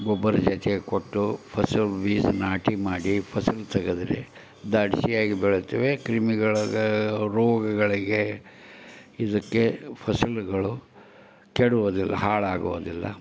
ಗೊಬ್ರದ ಜೊತೆ ಕೊಟ್ಟು ಫಸಲು ಬೀಜ ನಾಟಿ ಮಾಡಿ ಫಸಲು ತೆಗದ್ರೆ ದಾಡಿಸಿಯಾಗಿ ಬೆಳೆಯುತ್ತವೆ ಕ್ರಿಮಿಗಳಗೆ ರೋಗಗಳಿಗೆ ಇದಕ್ಕೆ ಫಸಲುಗಳು ಕೆಡುವುದಿಲ್ಲ ಹಾಳಾಗುವುದಿಲ್ಲ